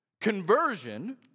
Conversion